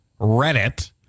Reddit